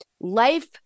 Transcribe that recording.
Life